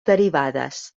derivades